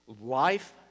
life